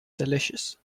delicious